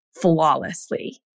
flawlessly